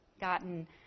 gotten